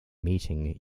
meeting